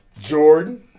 Jordan